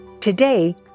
Today